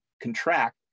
contract